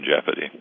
jeopardy